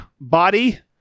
body